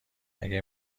اگه